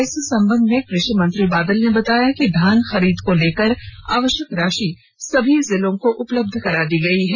इस संबंध में कृषि मंत्री बादल ने बताया कि धान खरीद को लेकर आवश्यक राशि सभी जिलों को उपलब्ध करा दी गयी है